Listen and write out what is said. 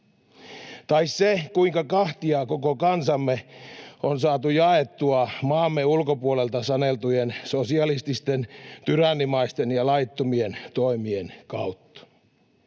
Tai se, kuinka kahtia koko kansamme on saatu jaettua maamme ulkopuolelta saneltujen sosialististen, tyrannimaisten ja laittomien toimien kautta?